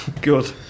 good